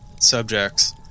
subjects